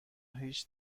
هیچ